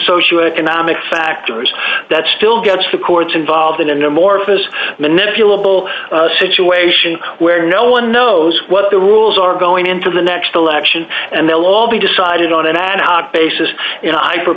socioeconomic factors that still gets the courts involved in a number of us manipulable a situation where no one knows what the rules are going into the next election and they'll all be decided on an ad hoc basis